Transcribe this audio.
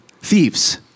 thieves